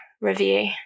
review